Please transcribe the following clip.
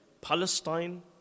Palestine